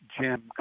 jim